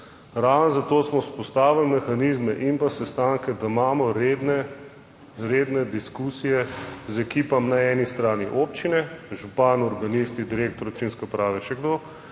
Ravno zato smo vzpostavili mehanizme in pa sestanke, da imamo redne, redne diskusije z ekipami na eni strani občine, župan, urbanisti, direktor občinske uprave, še kdo